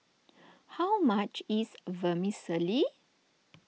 how much is Vermicelli